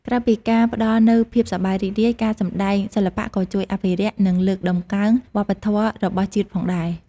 ក្រៅពីការផ្តល់នូវភាពសប្បាយរីករាយ ការសម្តែងសិល្បៈក៏ជួយអភិរក្ស និងលើកតម្កើងវប្បធម៌របស់ជាតិផងដែរ។